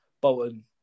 Bolton